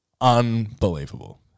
unbelievable